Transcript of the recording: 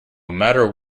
matter